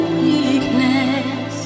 weakness